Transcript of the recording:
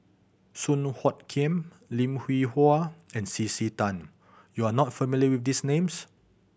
Song Hoot Kiam Lim Hwee Hua and C C Tan you are not familiar with these names